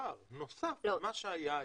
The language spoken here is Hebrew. מה שהיה היום,